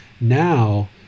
Now